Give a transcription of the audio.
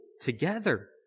together